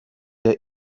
der